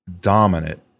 dominant